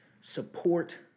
Support